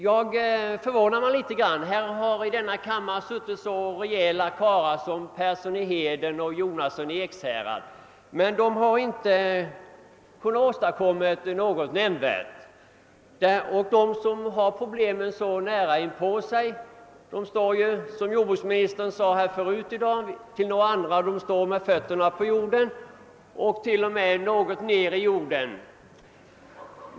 Jag är litet grand förvånad. I denna kammare sitter så rejäla karlar som herrar Persson i Heden och Jonasson i Ekshärad, men de har inte kunnat åstadkomma något nämnvärt. Ändå har de problemen så nära inpå sig. De står, som jordbruksministern sade här tidigare i dag till någon annan, med fötterna på jorden, till och med något ner i jorden.